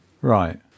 Right